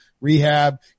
rehab